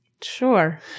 Sure